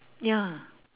ya